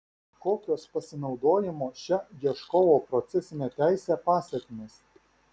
kokios pasinaudojimo šia ieškovo procesine teise pasekmės